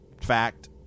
Fact